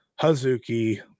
Hazuki